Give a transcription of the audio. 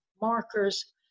markers